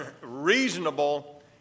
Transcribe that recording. reasonable